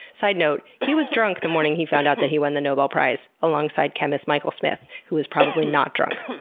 side note, he was drunk the morning he found out that he won the nobel prize alongside chemist michael smith, who was probably not drunk.